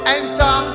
enter